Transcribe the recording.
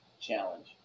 challenge